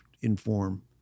inform